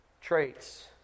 traits